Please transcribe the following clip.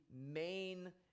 main